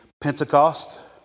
Pentecost